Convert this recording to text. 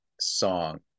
song